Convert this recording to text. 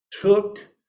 Took